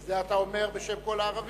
את זה אתה אומר בשם כל הערבים?